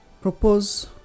Propose